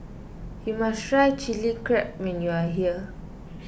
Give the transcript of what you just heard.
you must try Chili Crab when you are here